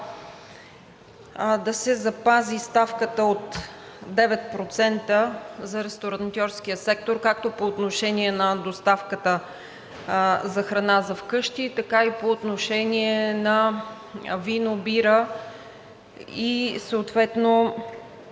да се запази ставката от 9% за ресторантьорския сектор както по отношение на доставката за храна за вкъщи, така и по отношение на вино, бира и съответно